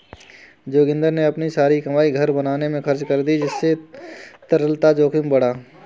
जोगिंदर ने अपनी सारी कमाई घर बनाने में खर्च कर दी जिससे तरलता जोखिम बढ़ा